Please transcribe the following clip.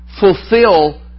fulfill